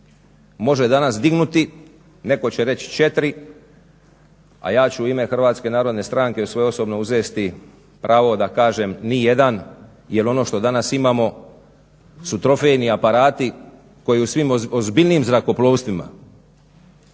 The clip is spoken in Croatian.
može danas dignuti. Netko će reći 4, a ja ću u ime HNS-a i u svoje osobno uzeti pravo da kažem nijedan jer ono što danas imamo su trofejni aparati koji u svim ozbiljnijim zrakoplovstvima